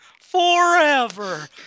forever